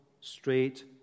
straight